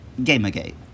Gamergate